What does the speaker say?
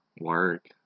work